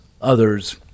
others